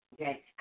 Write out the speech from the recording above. Okay